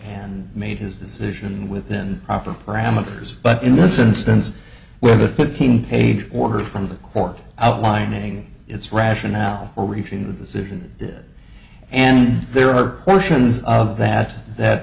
and made his decision within proper parameters but in this instance where the put teen age or her from the court outlining its rationale for reaching the decision it and there are questions of that that